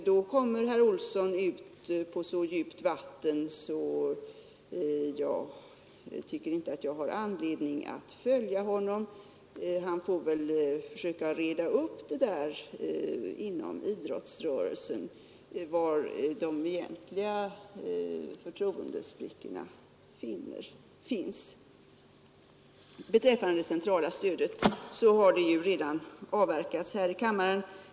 Då kommer herr Olsson ut på så djupt vatten att jag inte anser mig ha anledning att följa honom; han får väl försöka reda upp inom idrottsrörelsen var de egentliga förtroendesprickorna finns. Det centrala stödet till ungdomsorganisationerna har redan behandlats i kammaren.